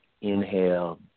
inhale